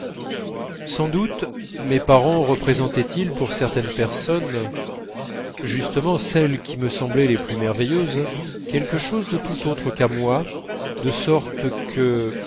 sans doute mes parents représentaient ils pour certaines personnes justement celles qui me semblaient le plus merveilleuses quelque chose de tout autre que pour moi de sorte que